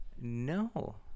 No